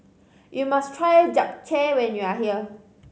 you must try Japchae when you are here